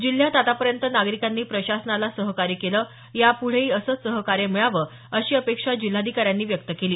जिल्ह्यात आतापर्यंत नागरीकांनी प्रशासनाला सहकार्य केलं याप्रढेही असंच सहकार्य मिळावं अशी अपेक्षा जिल्हाधिकाऱ्यांनी व्यक्त केली